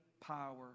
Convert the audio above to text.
power